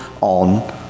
on